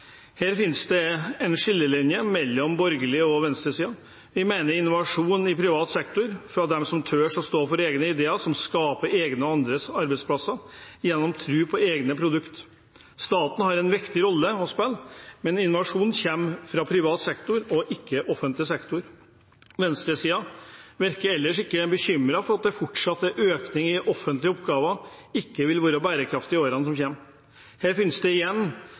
Her finnes det en skillelinje mellom de borgerlige og venstresiden. Vi støtter innovasjon i privat sektor, fra dem som tør å stå for egne ideer, som skaper egne og andres arbeidsplasser gjennom tro på egne produkter. Staten har en viktig rolle å spille, men innovasjon kommer fra privat sektor og ikke fra offentlig sektor. Venstresiden virker ellers ikke bekymret for at en fortsatt økning i offentlige oppgaver ikke vil være bærekraftig i årene som kommer. Her finnes det igjen